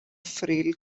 frail